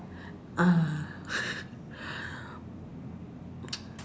but ah